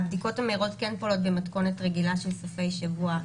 הבדיקות המהירות כן פועלות במתכונת רגילה של סופי שבוע,